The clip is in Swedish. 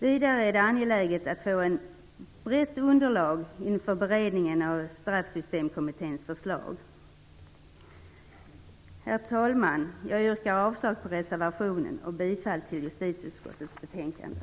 Vidare är det angeläget att få ett brett underlag inför beredningen av Straffsystemkommitténs förslag. Herr talman! Jag yrkar avslag på reservationen och bifall till hemställan i justitieutskottets betänkande.